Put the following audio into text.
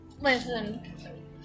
Listen